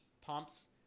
pumps